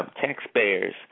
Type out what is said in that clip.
taxpayers